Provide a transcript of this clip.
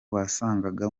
wasangaga